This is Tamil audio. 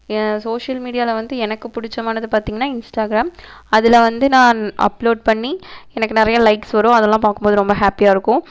என் சோஷியல் மீடியாவில் வந்து எனக்கு பிடிச்சமானது பார்த்திங்கன்னா இன்ஸ்டாகிராம் அதில் வந்து நான் அப்லோட் பண்ணி எனக்கு நிறைய லைக்ஸ் வரும் அதெல்லாம் பார்க்கும்போது ரொம்ப ஹாப்பியாக இருக்கும்